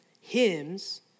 Hymns